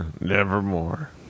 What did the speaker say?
Nevermore